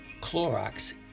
Clorox